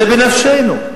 זה בנפשנו.